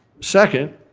second,